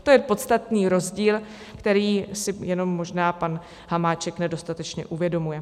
To je podstatný rozdíl, který si jenom možná pan Hamáček nedostatečně uvědomuje.